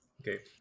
Okay